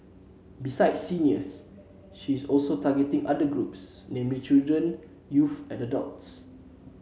besides seniors she is also targeting other groups namely children youth and adults